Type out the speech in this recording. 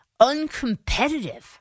uncompetitive